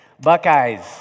Buckeyes